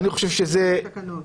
יש הוראה בתקנות.